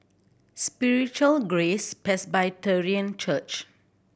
Spiritual Grace Presbyterian Church